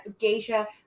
geisha